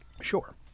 sure